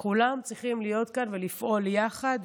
כולם צריכים להיות כאן ולפעול יחד.